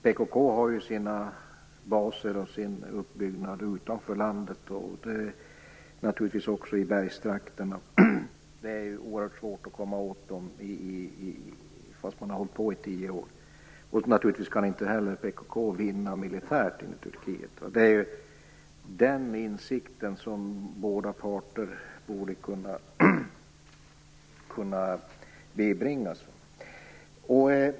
PKK har ju sina baser och sin uppbyggnad utanför landet, och naturligtvis också i bergstrakterna. Det är oerhört svårt att komma åt dem. Ändå har man hållit på i tio år. Naturligtvis kan inte heller PKK vinna militärt mot Turkiet. Den insikten borde båda parterna bibringas.